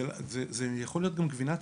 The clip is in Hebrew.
זה יכול להיות גם גבינה צהובה.